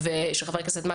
הזאת.